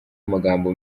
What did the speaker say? amagambo